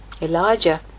Elijah